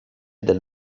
del